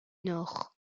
nord